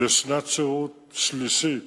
לשנת שירות שלישית